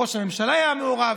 ראש הממשלה היה מעורב,